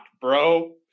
bro